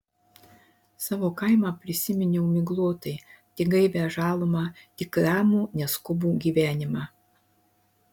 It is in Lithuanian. savo kaimą prisiminiau miglotai tik gaivią žalumą tik ramų neskubų gyvenimą